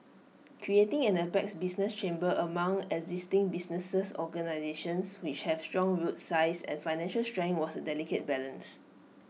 creating an apex business chamber among existing businesses organisations which have strong roots size and financial strength was delicate business